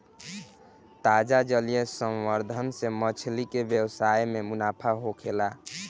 ताजा जलीय संवर्धन से मछली के व्यवसाय में मुनाफा होखेला